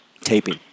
taping